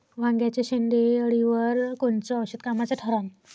वांग्याच्या शेंडेअळीवर कोनचं औषध कामाचं ठरन?